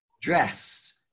dressed